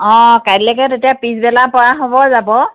অ' কাইলৈকে তেতিয়া পিছবেলা পৰা হ'ব যাব